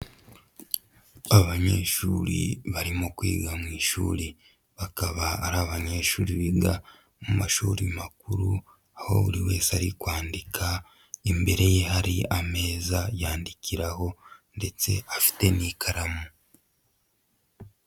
Abanyeshuri barimo kwiga mu ishuri. Bakaba ari abanyeshuri biga mu mashuri makuru, aho buri wese ari kwandika, imbere ye hari ameza yandikiraho ndetse afite n'ikaramu.